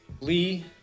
Lee